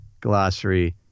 glossary